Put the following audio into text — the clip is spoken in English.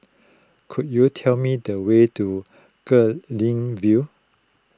could you tell me the way to Guilin View